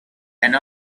and